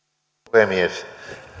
puhemies